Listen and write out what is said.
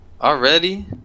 Already